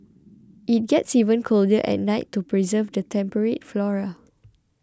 it gets even colder at night to preserve the temperate flora